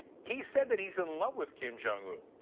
he said that he's in love with kim jung-un,